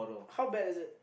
how bad is it